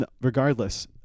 regardless